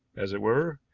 as it were,